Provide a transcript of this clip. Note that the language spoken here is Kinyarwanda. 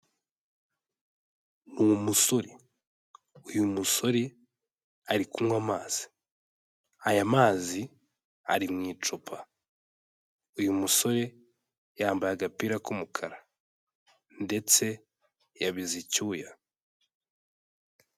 Ni umusore, uyu musore ari kunywa amazi. Aya mazi ari mu icupa. Uyu musore yambaye agapira k'umukara ndetse yabize icyuya.